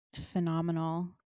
phenomenal